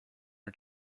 her